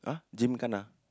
ah gym kena